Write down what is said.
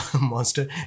monster